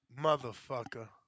Motherfucker